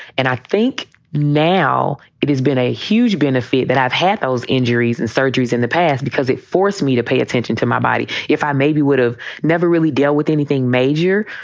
and i think now it has been a huge benefit that i've had those injuries and surgeries in the past because it forced me to pay attention to my body. if i maybe would have never really deal with anything major,